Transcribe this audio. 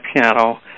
piano